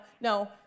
no